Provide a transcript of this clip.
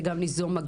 וגם ניזום,